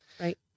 right